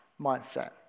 mindset